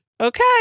Okay